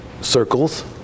circles